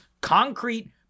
concrete